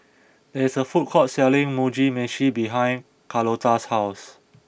there is a food court selling Mugi Meshi behind Carlota's house